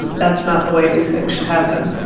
and that's not the way these things should happen